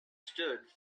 stood